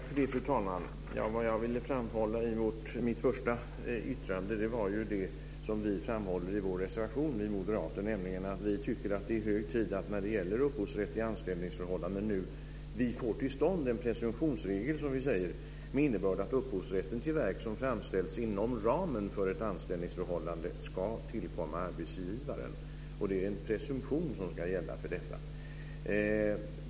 Fru talman! I mitt första yttrande ville jag framhålla det som vi moderater framhåller i vår reservation. Vi tycker att det är hög tid att vi när det gäller upphovsrätt i anställningsförhållanden får till stånd en presumtionsregel med innebörden att upphovsrätten till verk som framställs inom ramen för ett anställningsförhållande ska tillkomma arbetsgivaren. Det är en presumtion som ska gälla för detta.